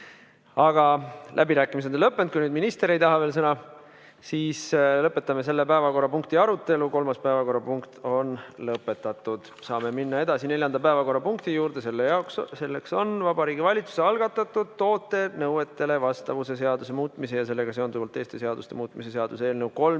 Aga läbirääkimised on lõppenud, kui just minister ei taha veel sõna võtta. Lõpetame selle päevakorrapunkti arutelu. Kolmas päevakorrapunkt on lõpetatud. Saame minna edasi neljanda päevakorrapunkti juurde. Selleks on Vabariigi Valitsuse algatatud toote nõuetele vastavuse seaduse muutmise ja sellega seonduvalt teiste seaduste muutmise seaduse eelnõu 372.